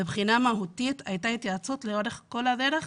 מבחינה מהותית, הייתה התייעצות לאורך כל הדרך,